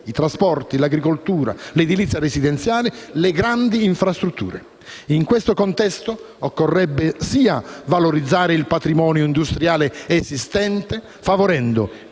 i trasporti, l'agricoltura, l'edilizia residenziale, le grandi infrastrutture. In questo contesto, occorrerebbe valorizzare il patrimonio industriale esistente, favorendo,